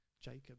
Jacob